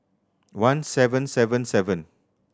one seven seven seven